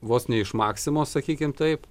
vos ne iš maksimos sakykim taip